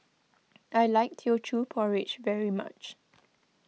I like Teochew Porridge very much